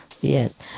Yes